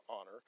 honor